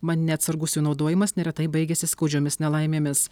man neatsargus jų naudojimas neretai baigiasi skaudžiomis nelaimėmis